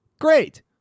Great